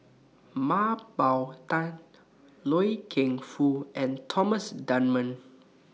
Mah Bow Tan Loy Keng Foo and Thomas Dunman